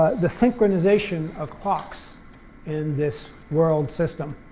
the synchronization of clocks in this world system,